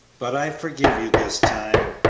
but i forgive you this time.